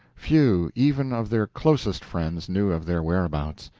few, even of their closest friends, knew of their whereabouts.